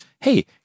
hey